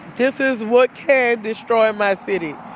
this is what can destroy my city.